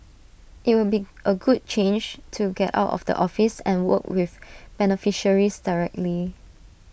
IT would be A good change to get out of the office and work with beneficiaries directly